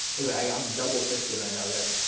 okay i'm double-fisting right now guys